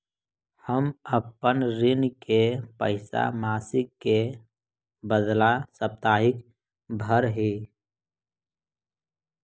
हम अपन ऋण के पैसा मासिक के बदला साप्ताहिक भरअ ही